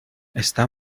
está